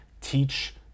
teach